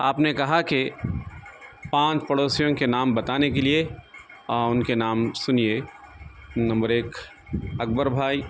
آپ نے کہا کہ پانچ پڑوسیوں کے نام بتانے کے لیے ان کے نام سنیے نمبر ایک اکبر بھائی